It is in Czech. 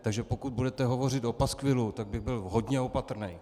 Takže pokud budete hovořit o paskvilu, tak bych byl hodně opatrný.